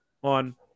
one